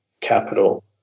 capital